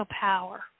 power